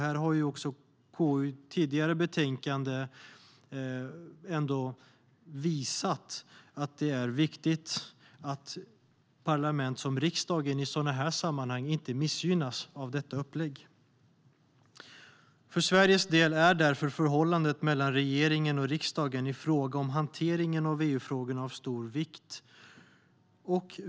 Här har KU i ett tidigare betänkande visat att det är viktigt att parlament som riksdagen i sådana här sammanhang inte missgynnas av detta upplägg. För Sveriges del är därför förhållandet mellan regeringen och riksdagen i fråga om hanteringen av EU-frågorna av stor vikt.